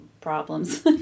problems